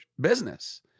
business